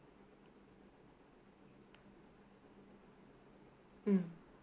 mm